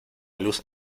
luz